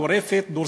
אני